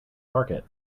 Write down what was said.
market